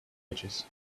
edges